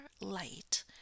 Light